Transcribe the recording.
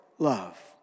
Love